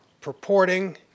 purporting